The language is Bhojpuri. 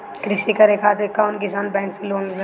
कृषी करे खातिर कउन किसान बैंक से लोन ले सकेला?